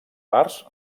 parts